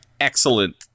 excellent